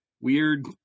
weird